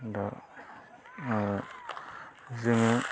दा ओ जोङो